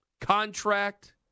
Contract